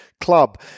club